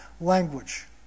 language